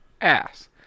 ass